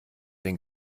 den